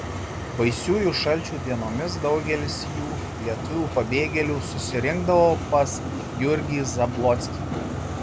baisiųjų šalčių dienomis daugelis jų lietuvių pabėgėlių susirinkdavo pas jurgį zablockį